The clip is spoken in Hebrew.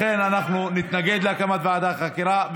לכן אנחנו נתנגד להקמת ועדת חקירה,